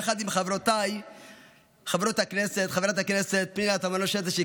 יחד עם חברותיי חברת הכנסת פנינה תמנו שטה,